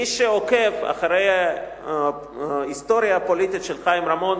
מי שעוקב אחרי ההיסטוריה הפוליטית של חיים רמון,